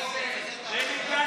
שינוי,